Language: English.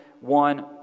one